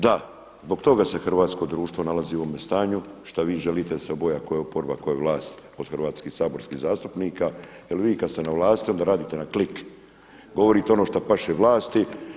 Da, zbog toga se hrvatsko društvo nalazi u ovome stanju šta vi želite da se oboji tko je oporba a tko je vlast od hrvatskih saborskih zastupnika jer vi kad ste na vlasti onda radite na klik, govorite ono što paše vlasti.